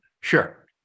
sure